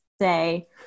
say